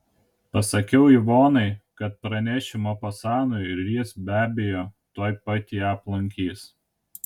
pasakiau ivonai kad pranešiu mopasanui ir jis be abejo tuoj pat ją aplankys